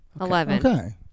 Eleven